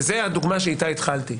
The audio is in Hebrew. וזו הדוגמה שאיתה התחלתי.